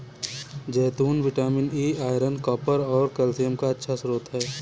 जैतून vitamin E, iron, copper और calcium का अच्छा स्रोत हैं